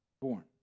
born